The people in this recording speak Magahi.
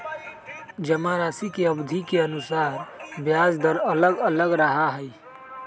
जमाराशि के अवधि के अनुसार ब्याज दर अलग अलग रहा हई